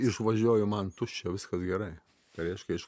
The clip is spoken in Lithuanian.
išvažiuoju man tuščia viskas gerai tai reiškia iš